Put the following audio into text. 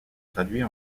traduits